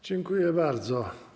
Dziękuję bardzo.